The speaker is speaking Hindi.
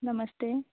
नमस्ते